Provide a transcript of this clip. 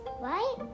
right